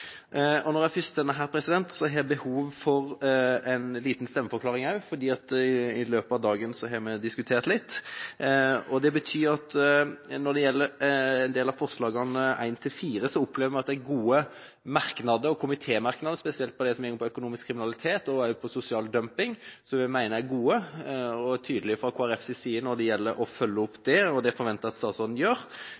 Når jeg først står her, har jeg behov for å komme med en liten stemmeforklaring, for i løpet av dagen har vi diskutert litt. Når det gjelder en del av forslagene nr. 1–4, opplever vi at det er gode komitémerknader, spesielt det som går på økonomisk kriminalitet og på sosial dumping, og vi er tydelige fra Kristelig Folkepartis side når det gjelder å følge opp